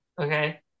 Okay